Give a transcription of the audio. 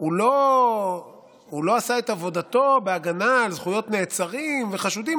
הוא לא עשה את עבודתו בהגנה על זכויות עצורים וחשודים,